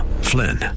Flynn